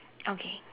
okay